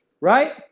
right